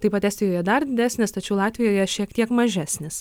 taip pat estijoje dar didesnis tačiau latvijoje šiek tiek mažesnis